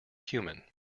human